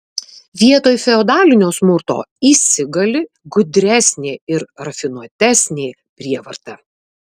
vietoj feodalinio smurto įsigali gudresnė ir rafinuotesnė prievarta